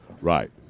right